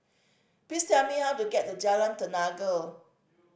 please tell me how to get to Jalan Tenaga